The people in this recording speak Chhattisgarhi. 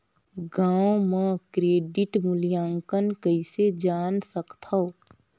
गांव म क्रेडिट मूल्यांकन कइसे जान सकथव?